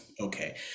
Okay